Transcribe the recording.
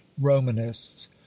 romanists